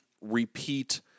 repeat